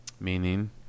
Meaning